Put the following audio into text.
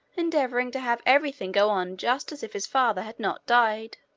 endeavoring to have every thing go on just as if his father had not died.